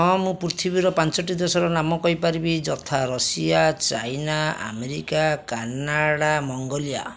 ହଁ ମୁଁ ପୃଥିବୀର ପାଞ୍ଚଟି ଦେଶର ନାମ କହିପାରିବି ଯଥା Russia China America Canada Mongolia